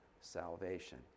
salvation